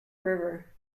river